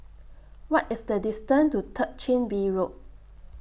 What IS The distance to Third Chin Bee Road